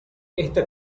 esta